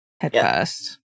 headfirst